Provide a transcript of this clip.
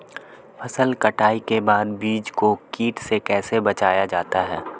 फसल कटाई के बाद बीज को कीट से कैसे बचाया जाता है?